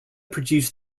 produced